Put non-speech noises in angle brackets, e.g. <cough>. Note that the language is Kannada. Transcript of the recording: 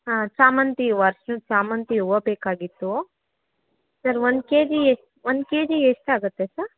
ಹಾಂ ಸಾಮಂತಿ ಹೂವ <unintelligible> ಸಾಮಂತಿ ಹೂವ ಬೇಕಾಗಿತ್ತು ಸರ್ ಒಂದು ಕೆಜಿ ಎ ಒಂದು ಕೆಜಿ ಎಷ್ಟಾಗುತ್ತೆ ಸರ್